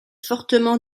fortement